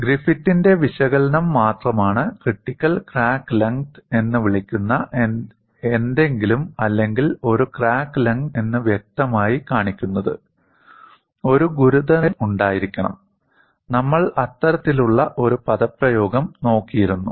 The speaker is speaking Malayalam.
ഗ്രിഫിത്തിന്റെ വിശകലനം മാത്രമാണ് ക്രിട്ടിക്കൽ ക്രാക്ക് ലെങ്ത് എന്ന് വിളിക്കുന്ന എന്തെങ്കിലും അല്ലെങ്കിൽ ഒരു ക്രാക്ക് ലെങ്ത് എന്ന് വ്യക്തമായി കാണിക്കുന്നത് ഒരു ഗുരുതരമായ സമ്മർദ്ദം ഉണ്ടായിരിക്കണം നമ്മൾ അത്തരത്തിലുള്ള ഒരു പദപ്രയോഗം നോക്കിയിരുന്നു